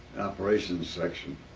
operations section.